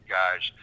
guys